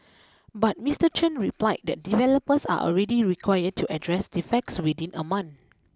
but Mister Chen replied that developers are already required to address defects within a month